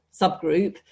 subgroup